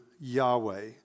Yahweh